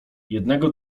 jednego